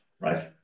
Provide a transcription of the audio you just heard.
Right